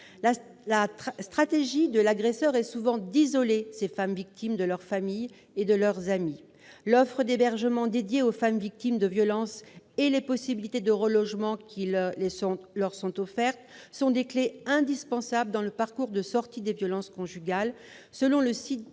La stratégie de l'agresseur est souvent d'isoler ces femmes victimes de leurs familles et de leurs amis. L'offre d'hébergement dédiée aux femmes victimes de violences et les possibilités de relogement qui leur sont offertes sont des clés indispensables dans le parcours de sortie des violences conjugales selon le site